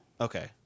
Okay